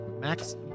Max